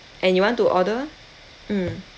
and you want to order mm